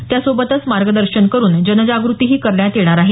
त्यासोबतच मार्गदर्शन करुन जनजागृती करण्यात येणार आहे